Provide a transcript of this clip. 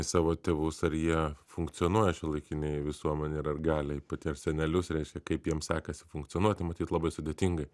į savo tėvus ar jie funkcionuoja šiuolaikinėje visuomenėj ir ar gali pati ir senelius reiškia kaip jiems sekasi funkcionuoti matyt labai sudėtingai